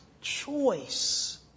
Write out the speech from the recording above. choice